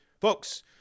folks